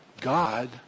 God